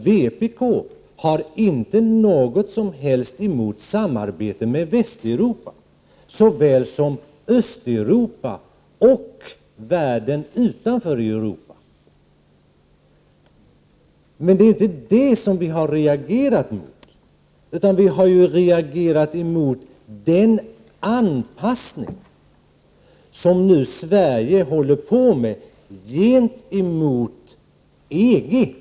Vpk har inte något som helst emot samarbete med Västeuropa såväl som med Östeuropa och världen utanför Europa. Men det är inte detta som vi har reagerat mot, utan mot den anpassning som Sverige nu håller på med gentemot EG. Det är Prot.